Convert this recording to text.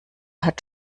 hat